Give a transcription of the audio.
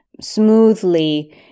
smoothly